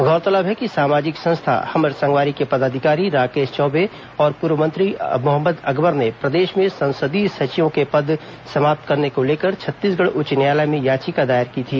गौरतलब है कि सामाजिक संस्था हमर संगवारी के पदाधिकारी राकेश चौबे और पूर्व मंत्री मोहम्मद अकबर ने प्रदेश में संसदीय सचिवों के पद समाप्त करने को लेकर छत्तीसगढ़ उच्च न्यायालय में याचिका दायर की थी